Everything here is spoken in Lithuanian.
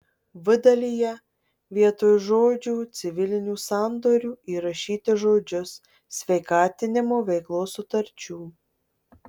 v dalyje vietoj žodžių civilinių sandorių įrašyti žodžius sveikatinimo veiklos sutarčių